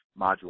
Module